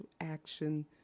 action